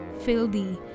Filthy